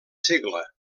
segle